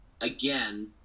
again